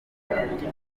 gushyigikirwa